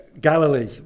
Galilee